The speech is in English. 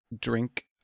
drink